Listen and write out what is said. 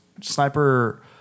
Sniper